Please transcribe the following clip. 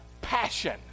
passion